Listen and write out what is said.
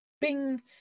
Bing